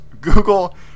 Google